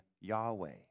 Yahweh